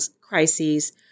crises